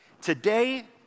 Today